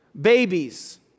babies